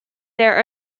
their